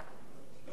טוב שאתה לא מסתכל,